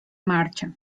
marcha